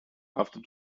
after